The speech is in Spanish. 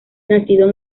nacido